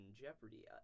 jeopardy